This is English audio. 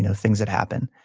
you know things that happen.